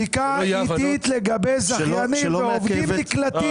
בדיקה איטית לגבי זכיינים ועובדים נקלטים.